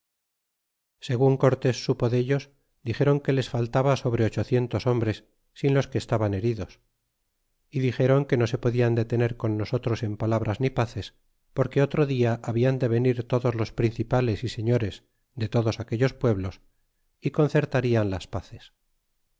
segun cortés supo dellos dixéron que les faltaba sobre ochocientos hombres sin los que estaban heridos dixéron que no se podian detener con nosotros en palabras ni paces porque otro dia habian de venir todos los principales y señores de todos aquellos pueblos y concertarian las paces